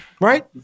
Right